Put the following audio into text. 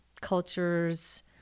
cultures